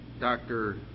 Dr